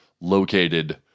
located